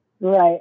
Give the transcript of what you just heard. Right